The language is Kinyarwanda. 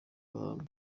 bahabwa